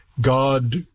God